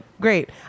great